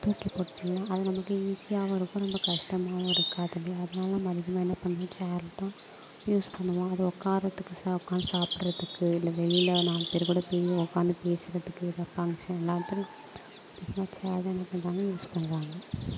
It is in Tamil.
தூக்கி போட்டுருலாம் அது நமக்கு ஈஸியாகவும் இருக்கும் ரொம்ப கஷ்டமாகவும் இருக்காது இல்லையா அதனால நம்ம அதிகமாக என்ன பண்ணணும் ச்சேர் தான் யூஸ் பண்ணுவோம் அது உட்காறத்துக்கு ச உட்காந்து சாப்புடுறத்துக்கு இல்லை வெளியில் நாலு பேர் கூட ஃப்ரீயாக உட்காந்து பேசுகிறத்துக்கு ஏதாக ஃபங்க்ஷன் எல்லா இடத்திலும் அதிகமாக ச்சேர் தான் என்ன பண்ணுறாங்க யூஸ் பண்ணுறாங்க